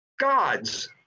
gods